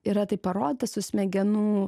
yra tai parodyta su smegenų